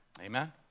Amen